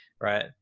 right